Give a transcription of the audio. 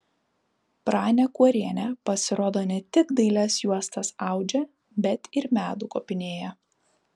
pranė kuorienė pasirodo ne tik dailias juostas audžia bet ir medų kopinėja